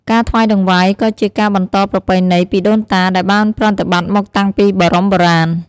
ការថ្វាយតង្វាយក៏ជាការបន្តប្រពៃណី ពីដូនតា ដែលបានប្រតិបត្តិមកតាំងពីបរមបុរាណ។